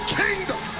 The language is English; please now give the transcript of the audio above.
kingdom